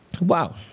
wow